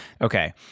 okay